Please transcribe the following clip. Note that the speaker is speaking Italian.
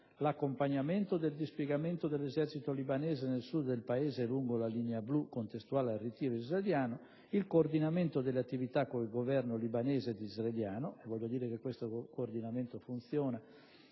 l'accompagnamento del dispiegamento dell'esercito libanese nel Sud del Paese e lungo la Linea Blu, contestuale al ritiro israeliano; il coordinamento delle attività con i Governi libanese ed israeliano (al riguardo voglio sottolineare che tale coordinamento funziona;